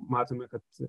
matome kad